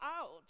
out